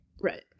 Right